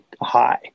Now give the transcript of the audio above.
high